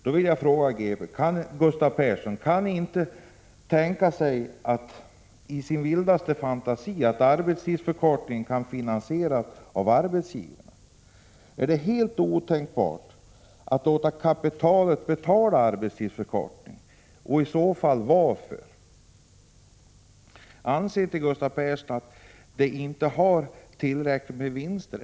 Då vill jag fråga Gustav Persson: Kan ni inte i er vildaste fantasi tänka er att arbetstidsförkortningen kan finansieras av arbetsgivaren? Är det helt otänkbart att låta kapitalet betala arbetstidsförkortningen — och i så fall varför? Anser Gustav Persson att företagen inte har tillräckliga vinster?